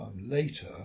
later